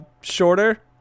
Shorter